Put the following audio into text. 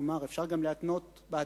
כלומר, אפשר גם להתנות בעתיד